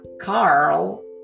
Carl